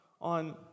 on